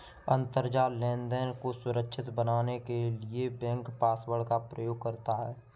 अंतरजाल लेनदेन को सुरक्षित बनाने के लिए बैंक पासवर्ड का प्रयोग करता है